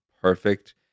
perfect